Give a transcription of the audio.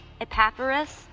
Epaphras